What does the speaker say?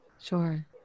Sure